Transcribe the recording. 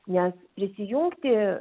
nes prisijungti